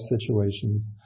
situations